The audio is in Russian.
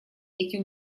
эти